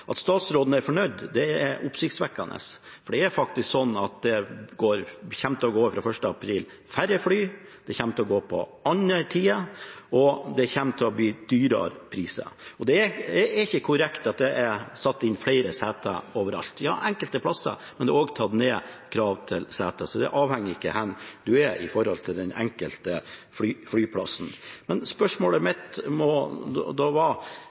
At statsråden er fornøyd, er oppsiktsvekkende for fra 1. april kommer det til å gå færre fly, de kommer til å gå til andre tider, og det kommer til å bli høyere priser. Det er ikke korrekt at det er satt inn flere seter overalt – ja, enkelte plasser, men krav til sete er også tatt ned. Så det avhenger av hvor du er i forhold til den enkelte flyplass. Men spørsmålet